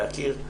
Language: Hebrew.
להכיר,